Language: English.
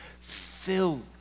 filled